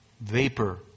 vapor